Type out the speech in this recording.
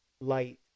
light